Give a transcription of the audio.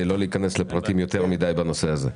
לא להיכנס ליותר מדי פרטים בנושא הזה.